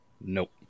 nope